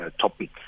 topic